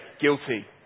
guilty